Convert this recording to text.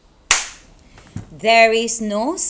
there is no